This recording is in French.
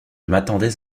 m’attendais